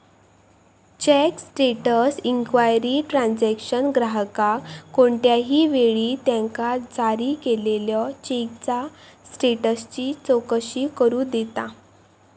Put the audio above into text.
check status inquiry transaction ग्राहकाक कोणत्याही वेळी त्यांका जारी केलेल्यो चेकचा स्टेटसची चौकशी करू देता